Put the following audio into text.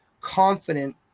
confident